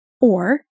Or